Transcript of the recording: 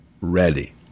ready